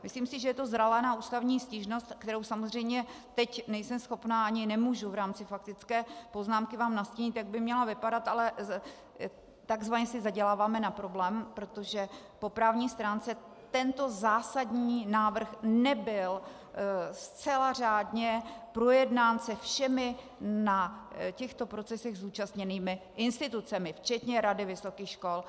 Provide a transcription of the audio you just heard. Myslím si, že to je zralé na ústavní stížnost, kterou samozřejmě teď nejsem schopna a ani nemůžu v rámci faktické poznámky nastínit, jak by měla vypadat, ale takzvaně si zaděláváme na problém, protože po právní stránce tento zásadní návrh nebyl zcela řádně projednán se všemi na těchto procesech zúčastněnými institucemi, včetně Rady vysokých škol.